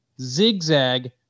Zigzag